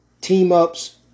team-ups